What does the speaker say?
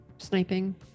Sniping